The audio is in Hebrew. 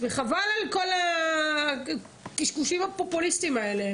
וחבל על כל הקשקושים הפופוליסטיים האלה